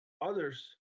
others